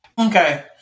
Okay